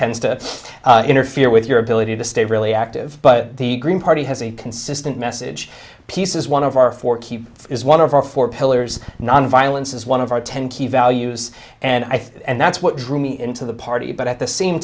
to interfere with your ability to stay really active but the green party has a consistent message peace is one of our four keep is one of our four pillars nonviolence as one of our ten key values and i think that's what drew me into the party but at the same